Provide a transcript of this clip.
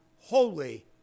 holy